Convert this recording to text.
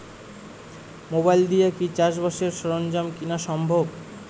Mobile দিয়া কি চাষবাসের সরঞ্জাম কিনা সম্ভব?